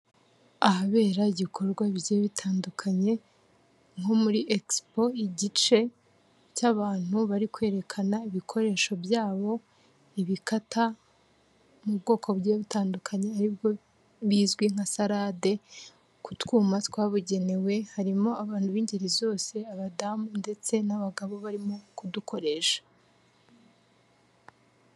Ahabera ibikorwa bigiye bitandukanye, nko muri egisipo igice cy'abantu bari kwerekana ibikoresho byabo, ibikata mu bwoko bugiye butandukanye, aribwo bizwi nka sarade, k'utwuma twabugenewe, harimo abantu b'ingeri zose, abadamu ndetse n'abagabo barimo kudukoresha.